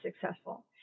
successful